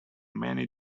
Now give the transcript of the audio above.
many